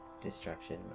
destruction